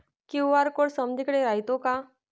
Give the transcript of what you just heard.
QR code समदीकडे रायतो का?